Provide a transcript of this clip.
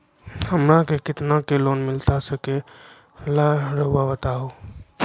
हमरा के कितना के लोन मिलता सके ला रायुआ बताहो?